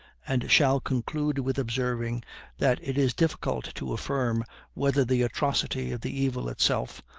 and shall conclude with observing that it is difficult to affirm whether the atrocity of the evil itself,